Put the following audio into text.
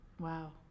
Wow